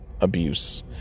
abuse